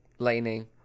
lightning